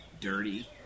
dirty